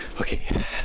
Okay